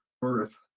birth